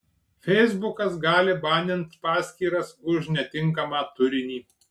feisbukas gali banint paskyras už netinkamą turinį